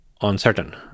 uncertain